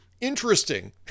interesting